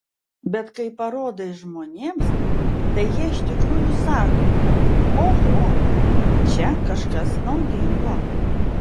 bet kai parodai žmonėms tai jie iš tikrųjų sako kad oho čia kažkas naudingo